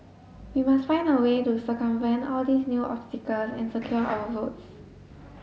we must find a way to circumvent all these new obstacles and secure our votes